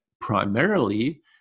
primarily